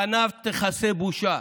את פניו תכסה בושה.